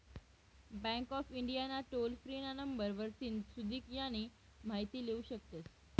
bank of India ना toll free ना number वरतीन सुदीक यानी माहिती लेवू शकतस